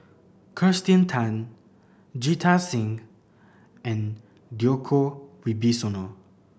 Kirsten Tan Jita Singh and Djoko Wibisono